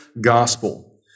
gospel